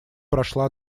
прошла